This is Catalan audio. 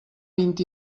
vint